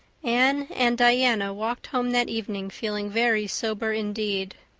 anne and diana walked home that evening feeling very sober indeed.